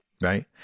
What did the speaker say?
Right